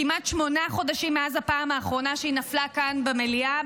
כמעט שמונה חודשים מאז הפעם האחרונה שהיא נפלה כאן במליאה.